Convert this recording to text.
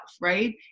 right